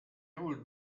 old